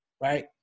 Right